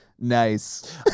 Nice